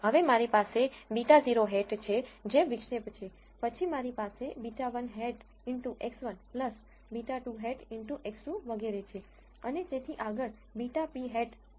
હવે મારી પાસે β̂₀ છે જે વિક્ષેપ છે પછી મારી પાસે β̂1x1 β̂2 x2 વગેરે છે અને તેથી આગળ β̂p xp સુધી છે